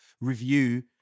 review